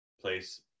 place